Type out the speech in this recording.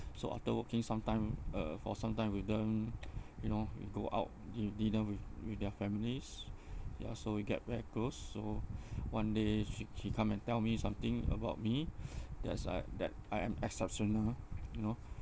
so after working some time uh for some time with them you know you go out you dinner with with their families ya so we get very close so one day she she come and tell me something about me that's I that I am exceptional you know